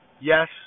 Yes